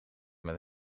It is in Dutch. met